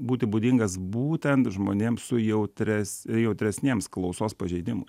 būti būdingas būtent žmonėm su jautres jautresniems klausos pažeidimų